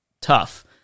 tough